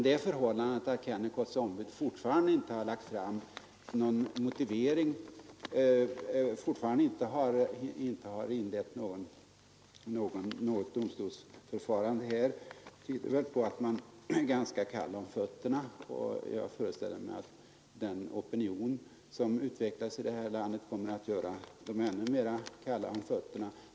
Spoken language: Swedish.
Det förhållandet att Kennecotts ombud fortfarande inte har inlett något domstolsförfarande här tyder väl på att man är ganska kall om fötterna. Och jag föreställer mig att den opinion som utvecklas här i landet kommer att göra det ännu kallare om fötterna.